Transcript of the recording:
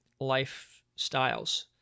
lifestyles